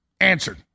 Answered